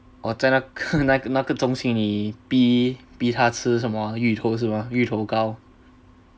哦在那个中心你逼逼他吃什么啊芋头是吗芋头糕